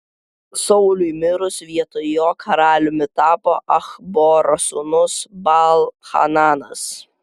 sauliui mirus vietoj jo karaliumi tapo achboro sūnus baal hananas